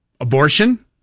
Abortion